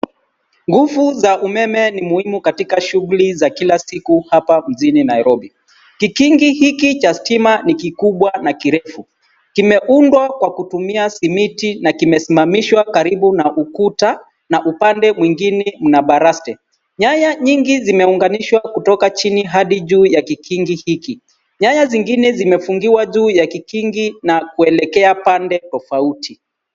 Nguvu za umeme ni muhimu katika shughuli za kila siku hapa mjini Nairobi. Kikingi hiki cha stima ni kikubwa na kirefu. Kimeundwa kwa kutumia simiti na kimesimamishwa karibu na ukuta na upande mwingine mna baraste. Nyaya nyingi zimeunganishwa kutoka chini hadi juu ya kikingi hiki. Nyaya zingine zimefungiwa juu ya kikingi na kuelekea pande tofauti.